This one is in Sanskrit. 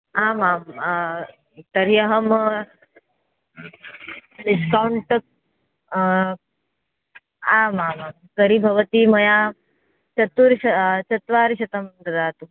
आमां तर्हि अहम् एक्कौण्ट् आमामां तर्हि भवती मया चतुर् श चत्वारिशतं ददातु